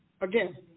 again